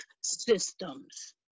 systems